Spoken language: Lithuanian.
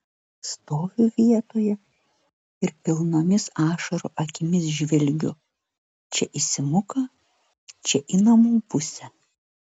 stoviu vietoje ir pilnomis ašarų akimis žvelgiu čia į simuką čia į namų pusę